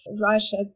Russia